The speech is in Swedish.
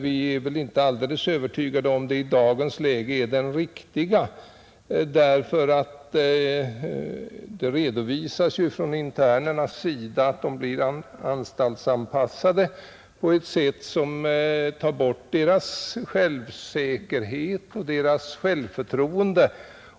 Vi är inte alldeles övertygade om att den nuvarande anstaltsvården är den absolut riktiga i dagens läge. Anstaltsinternerna har kunnat påvisa att de anstaltsanpassas på ett sådant sätt att de förlorar sitt självförtroende.